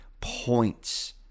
points